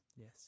Yes